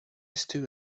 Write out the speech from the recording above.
stood